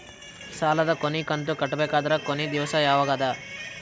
ಸಾಲದ ಕೊನಿ ಕಂತು ಕಟ್ಟಬೇಕಾದರ ಕೊನಿ ದಿವಸ ಯಾವಗದ?